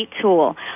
tool